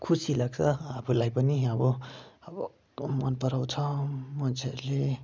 खुसी लाग्छ आफूलाई पनि अब अब मन पराउँछ मन्छेहरूले